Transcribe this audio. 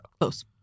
Close